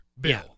bill